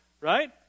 right